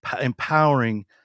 empowering